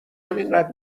همینقد